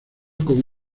con